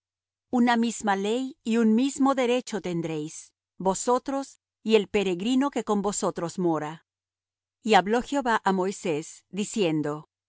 una misma ley y un mismo derecho tendréis vosotros y el peregrino que con vosotros mora y habló jehová á moisés diciendo